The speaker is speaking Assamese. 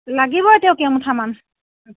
লাগিবই তেও কেইমুঠামান